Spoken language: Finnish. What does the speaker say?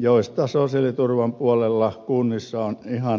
joista sosiaaliturvan puolella kunnissa on ihan riittävästi pulaa